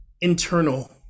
internal